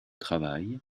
travail